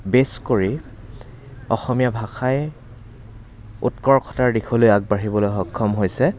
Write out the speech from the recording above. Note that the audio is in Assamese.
বেছ কৰি অসমীয়া ভাষাই উৎকৰ্ষতাৰ দিশলৈ আগবাঢ়িবলৈ সক্ষম হৈছে